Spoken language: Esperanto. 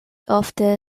ofte